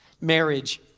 Marriage